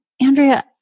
Andrea